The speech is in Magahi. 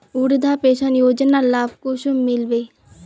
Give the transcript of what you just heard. वृद्धा पेंशन योजनार लाभ कुंसम मिलबे?